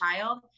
child